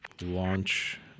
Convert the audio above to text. launch